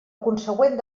consegüent